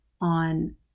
on